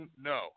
No